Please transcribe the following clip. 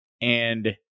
And-